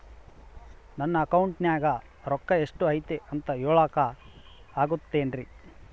ನನ್ನ ಅಕೌಂಟಿನ್ಯಾಗ ರೊಕ್ಕ ಎಷ್ಟು ಐತಿ ಅಂತ ಹೇಳಕ ಆಗುತ್ತೆನ್ರಿ?